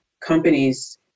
companies